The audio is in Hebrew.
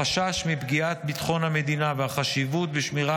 החשש מפגיעה בביטחון המדינה והחשיבות בשמירה